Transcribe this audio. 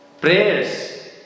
prayers